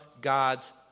God's